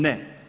Ne.